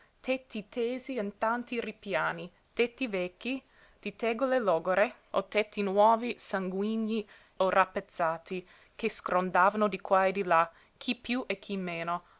tetti tesi in tanti ripiani tetti vecchi di tegole logore o tetti nuovi sanguigni o rappezzati che sgrondavano di qua e di là chi piú e chi meno